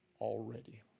Already